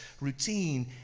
routine